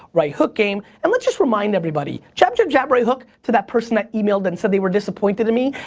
right hook game and let's just remind everybody, jab, jab, jab, right hook to that person that emailed and said they were disappointed in me,